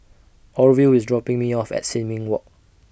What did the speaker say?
Orville IS dropping Me off At Sin Ming Walk